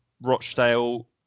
Rochdale